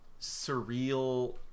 surreal